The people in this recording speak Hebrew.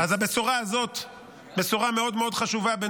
זו בשורה חשובה מאוד בנוגע